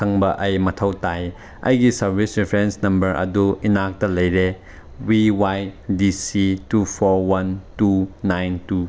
ꯈꯪꯕ ꯑꯩ ꯃꯊꯧ ꯇꯥꯏ ꯑꯩꯒꯤ ꯁꯥꯔꯕꯤꯁ ꯔꯤꯐ꯭ꯔꯦꯟꯁ ꯅꯝꯕꯔ ꯑꯗꯨ ꯏꯅꯥꯛꯇ ꯂꯩꯔꯦ V Y D C two four one two nine two